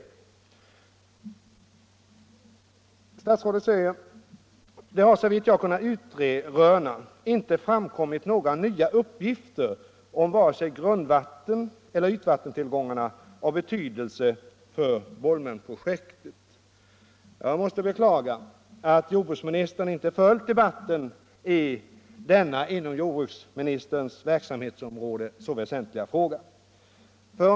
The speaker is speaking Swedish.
Jordbruksministern säger i sitt svar: ”Det har såvitt jag kunnat utröna inte framkommit några nya uppgifter om vare sig grundvatteneller ytvattentillgångarna av betydelse för Bolmenprojektet.” Jag måste beklaga att jordbruksministern inte följt debatten i denna inom jordbruksministerns verksamhetsområde så väsentliga fråga.